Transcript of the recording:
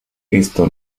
esto